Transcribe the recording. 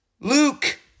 Luke